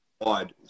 wide